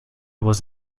was